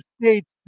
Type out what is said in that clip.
States